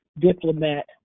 diplomat